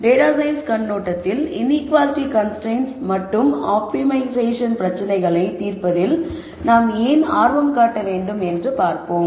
எனவே data science கண்ணோட்டத்தில் inequality constraints மற்றும் ஆப்டிமைசேஷன் பிரச்சனைகளை தீர்ப்பதில் நாம் ஏன் ஆர்வம் காட்ட வேண்டும் என்று பார்ப்போம்